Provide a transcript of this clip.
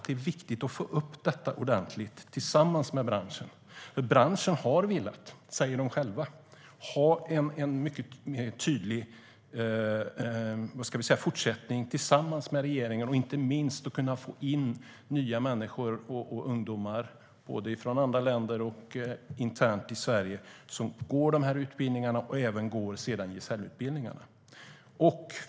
Det är viktigt att vi för fram denna fråga tillsammans med branschen. Branschen säger själv att man har velat ha en tydlig fortsättning tillsammans med regeringen, inte minst för att kunna få in nya människor och ungdomar, både från andra länder och från Sverige, som går dessa utbildningar och sedan går gesällutbildningarna.